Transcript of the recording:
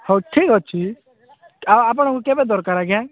ହଉ ଠିକ୍ ଅଛି ଆଉ ଆପଣଙ୍କୁ କେବେ ଦରକାର ଆଜ୍ଞା